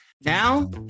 now